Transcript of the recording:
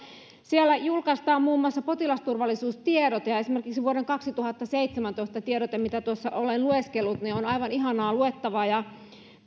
siellä julkaistaan muun muassa potilasturvallisuustiedote ja esimerkiksi vuoden kaksituhattaseitsemäntoista tiedote mitä tuossa olen lueskellut on aivan ihanaa luettavaa